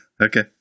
Okay